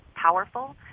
powerful